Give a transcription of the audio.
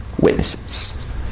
witnesses